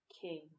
King